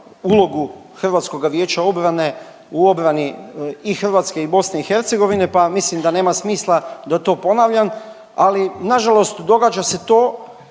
ulogu HVO-a u obrani i Hrvatske i BiH, pa mislim da nema smisla da to ponavljam, ali nažalost događa se to